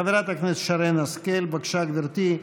חברת הכנסת שרן השכל, בבקשה, גברתי.